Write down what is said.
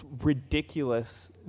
ridiculous